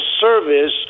service